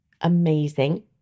amazing